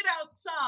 outside